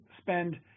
spend